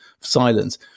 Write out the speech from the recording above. silence